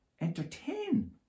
entertain